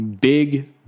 big